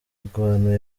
mirwano